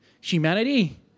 humanity